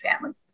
family